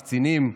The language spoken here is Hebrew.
קצינים,